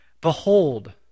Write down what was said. Behold